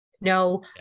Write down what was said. No